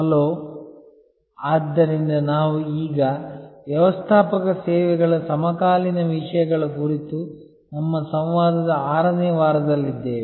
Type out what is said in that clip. hello ಆದ್ದರಿಂದ ನಾವು ಈಗ ವ್ಯವಸ್ಥಾಪಕ ಸೇವೆಗಳ ಸಮಕಾಲೀನ ವಿಷಯಗಳ ಕುರಿತು ನಮ್ಮ ಸಂವಾದದ 6 ನೇ ವಾರದಲ್ಲಿದ್ದೇವೆ